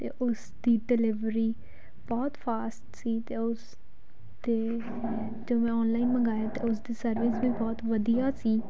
ਅਤੇ ਉਸ ਦੀ ਡਿਲੀਵਰੀ ਬਹੁਤ ਫਾਸਟ ਸੀ ਅਤੇ ਉਸ 'ਤੇ ਜੋ ਮੈਂ ਔਨਲਾਈਨ ਮੰਗਾਇਆ ਅਤੇ ਉਸ ਦੀ ਸਰਵਿਸ ਵੀ ਬਹੁਤ ਵਧੀਆ ਸੀ